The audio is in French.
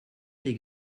les